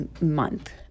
month